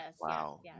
wow